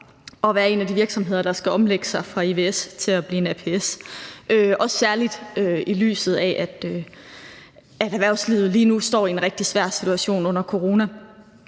at være en af de virksomheder, der skal omlægge sig fra ivs til aps – også særlig i lyset af, at erhvervslivet lige nu står i en rigtig svær situation under corona.